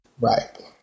Right